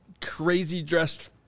crazy-dressed